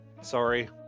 sorry